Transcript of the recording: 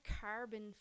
carbon